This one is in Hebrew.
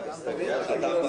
תודה.